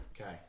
Okay